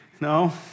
No